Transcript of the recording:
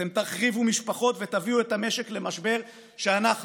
אתם תחריבו משפחות ותביאו את המשק למשבר שאנחנו